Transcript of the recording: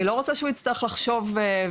אני לא רוצה שהוא יצטרך לחשוב ולתהות